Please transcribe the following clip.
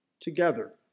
together